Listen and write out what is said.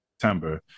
September